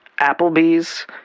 Applebee's